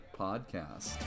podcast